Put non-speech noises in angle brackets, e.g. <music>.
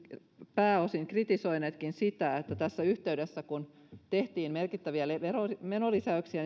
pääosin kritisoineetkin sitä että tässä samassa yhteydessä kun tehtiin merkittäviä menolisäyksiä <unintelligible>